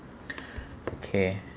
okay